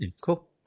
cool